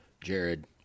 Jared